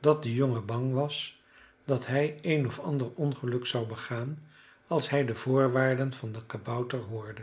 dat de jongen bang was dat hij een of ander ongeluk zou begaan als hij de voorwaarden van den kabouter hoorde